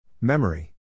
Memory